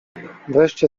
wreszcie